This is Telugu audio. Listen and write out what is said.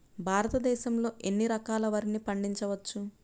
భారతదేశంలో ఎన్ని రకాల వరిని పండించవచ్చు